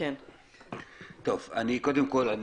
קודם כל,